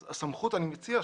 אז אני מציע,